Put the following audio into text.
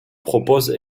propose